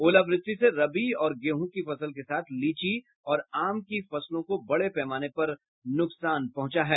ओलावृष्टि से रबी और गेहूँ की फसल के साथ लीची और आम की फसलों को बड़े पैमाने पर नुकसान पहुंचा है